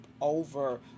over